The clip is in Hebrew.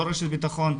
לא רשת ביטחון.